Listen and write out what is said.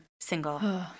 single